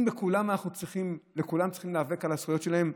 אם צריך להיאבק על הזכויות של כולם,